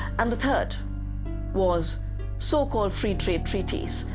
and the third was so-called free trade treaties,